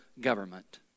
government